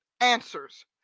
answers